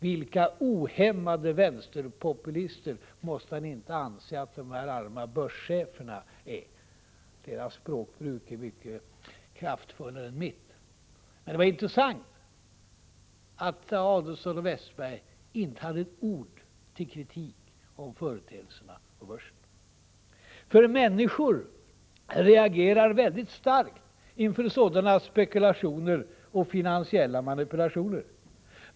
Vilka ohämmade vänsterpopulister måste han inte anse att de här arma börscheferna är! Deras språkbruk är mycket kraftfullare än mitt. Men det var intressant att Adelsohn och Westerberg inte hade ett ord till kritik om företeelserna på börsen. Människor reagerar väldigt starkt inför sådana spekulationer och finansiella manipulationer.